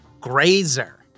Grazer